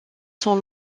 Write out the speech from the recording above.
sont